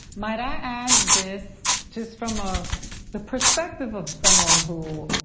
might i add this, just from ah the perspective of someone who